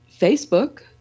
Facebook